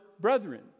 brethren